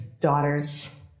daughters